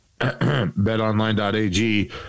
betonline.ag